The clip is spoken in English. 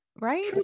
right